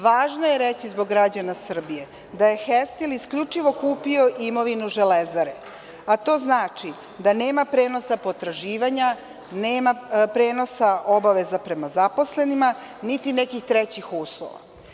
Važno je reći zbog građana Srbije da je „Hestil“ isključivo kupio imovinu „Železare“, a to znači da nema prenosa potraživanja, nema prenosa obaveza prema zaposlenima, niti nekih trećih uslova.